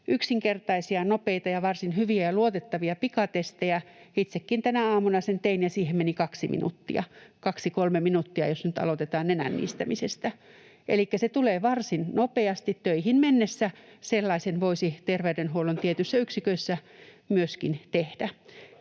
yksinkertaisia, nopeita ja varsin hyviä ja luotettavia pikatestejä. Itsekin tänä aamuna sen tein, ja siihen meni 2 minuuttia, 2—3 minuuttia, jos nyt aloitetaan nenän niistämisestä. Elikkä se tulee varsin nopeasti. Töihin mennessä sellaisen voisi terveydenhuollon tietyissä yksiköissä myöskin tehdä.